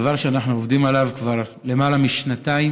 זה דבר שאנחנו עובדים עליו כבר למעלה משנתיים,